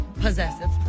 possessive